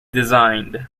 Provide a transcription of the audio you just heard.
designed